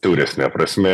siauresne prasme